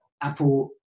Apple